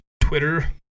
Twitter